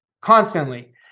constantly